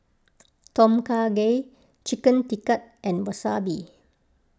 Tom Kha Gai Chicken Tikka and Wasabi